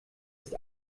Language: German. ist